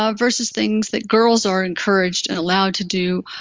ah versus things that girls are, encouraged and allowed to do,